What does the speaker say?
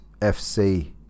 FC